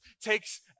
takes